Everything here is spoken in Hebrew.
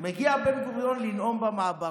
בן-גוריון מגיע לנאום במעברה.